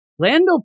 Lando